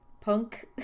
punk